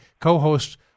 co-host